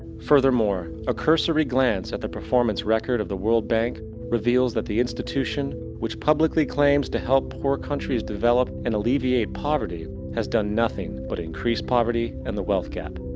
furthermore, a cursory glance at the performance record of the world bank reveals that the institution, which publicly claims to help poor countries develop and alleviate poverty, has done nothing but increase poverty and the wealth-gap,